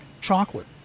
chocolate